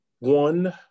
One